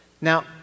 Now